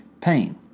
pain